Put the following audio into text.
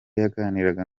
yaganiraga